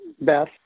Beth